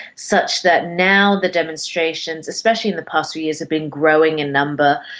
such that now the demonstrations, especially in the past few years, have been growing in number,